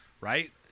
right